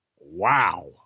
Wow